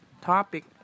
topic